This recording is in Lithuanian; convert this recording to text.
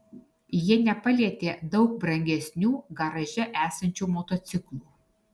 jie nepalietė daug brangesnių garaže esančių motociklų